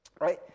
right